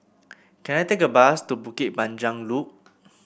can I take a bus to Bukit Panjang Loop